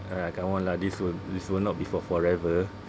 !aiya! come on lah this will this will not be for forever